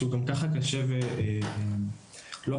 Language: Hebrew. שהוא גם כך קשה ולא פשוט,